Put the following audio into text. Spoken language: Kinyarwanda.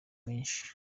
menshi